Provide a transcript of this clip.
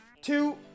two